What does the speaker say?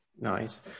nice